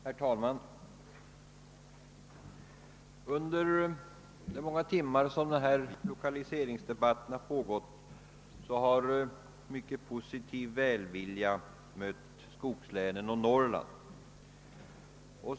Herr talman! Under de många timmar som denna lokaliseringsdebatt pågått har mycken välvilja mött skogslänen och Norrland.